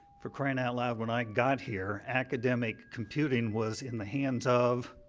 for crying out loud, when i got here, academic computing was in the hands of,